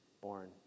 born